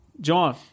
John